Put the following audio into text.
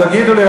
תגידו לי,